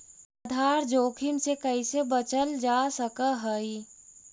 आधार जोखिम से कइसे बचल जा सकऽ हइ?